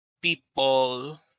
people